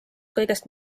kõigest